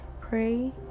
pray